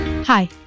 Hi